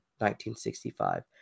1965